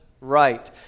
right